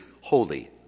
holy